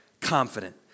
confident